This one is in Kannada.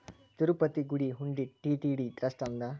ತಿರುಪತಿ ಗುಡಿ ಹುಂಡಿ ಟಿ.ಟಿ.ಡಿ ಟ್ರಸ್ಟ್ ಅಂಡರ್ ಅದ